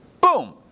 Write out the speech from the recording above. boom